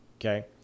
Okay